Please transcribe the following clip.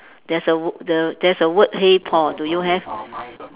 there's a the there's a word hey Paul do you have